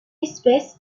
espèce